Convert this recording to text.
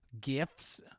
gifts